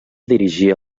dirigir